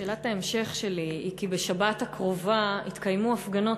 שאלת ההמשך שלי היא: בשבת הקרובה יתקיימו הפגנות